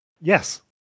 Yes